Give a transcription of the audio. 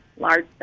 large